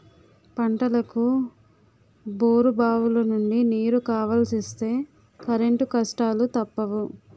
పంటలకు బోరుబావులనుండి నీరు కావలిస్తే కరెంటు కష్టాలూ తప్పవు